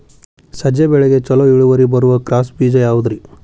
ಸಜ್ಜೆ ಬೆಳೆಗೆ ಛಲೋ ಇಳುವರಿ ಬರುವ ಕ್ರಾಸ್ ಬೇಜ ಯಾವುದ್ರಿ?